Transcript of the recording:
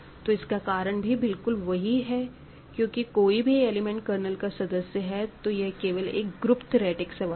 तो इसका कारण भी बिकुल वो ही है क्योंकि कोई भी एलिमेंट कर्नल का सदस्य है तो यह केवल एक ग्रुप थेओरेटिक सवाल है